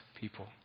people